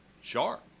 sharp